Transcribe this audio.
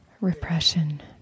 repression